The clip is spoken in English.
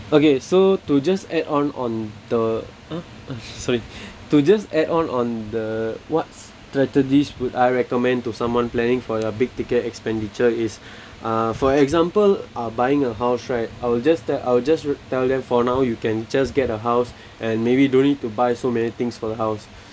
okay so to just add on on the ah ah sorry to just add on on the what strategies would I recommend to someone planning for your big ticket expenditure is uh for example uh buying a house right I will just tell I will just tell them for now you can just get a house and maybe don't need to buy so many things for the house